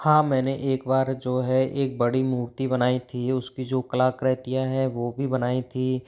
हाँ मैंने एक बार जो है एक बड़ी मूर्ति बनाई थी उसकी जो कलाकृतियाँ हैं वो भी बनाई थी